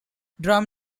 drum